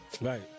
Right